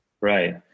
Right